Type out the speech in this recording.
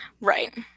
Right